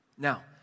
Now